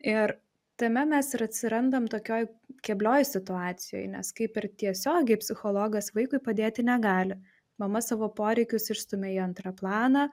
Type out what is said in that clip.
ir tame mes ir atsirandam tokioj keblioj situacijoj nes kaip ir tiesiogiai psichologas vaikui padėti negali mama savo poreikius išstumia į antrą planą